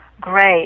great